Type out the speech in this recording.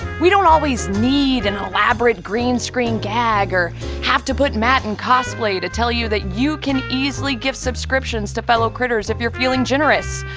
we don't always need an elaborate green screen gag or have to put matt in cosplay to tell you that you can easily give subscriptions to fellow critters if you're feeling generous.